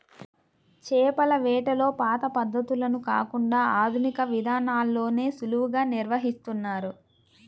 చేపల వేటలో పాత పద్ధతులను కాకుండా ఆధునిక విధానాల్లోనే సులువుగా నిర్వహిస్తున్నారు